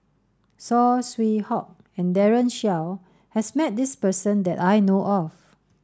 Saw Swee Hock and Daren Shiau has met this person that I know of